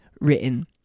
written